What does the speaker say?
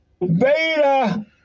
Beta